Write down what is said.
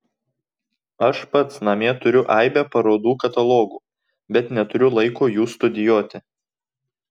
aš pats namie turiu aibę parodų katalogų bet neturiu laiko jų studijuoti